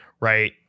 right